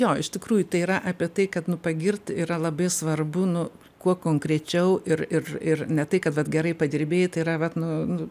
jo iš tikrųjų tai yra apie tai kad nu pagirt yra labai svarbu nu kuo konkrečiau ir ir ir ne tai kad vat gerai padirbėjai tai yra vat nu nu